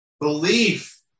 Belief